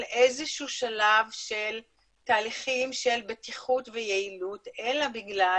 איזשהו שלב בתהליכים של בטיחות ויעילות אלא בגלל